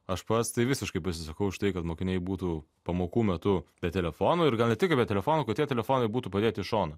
aš pats tai visiškai pasisakau už tai kad mokiniai būtų pamokų metu be telefonų ir gal ne tik be telefonų kad tie telefonai būtų padėti į šoną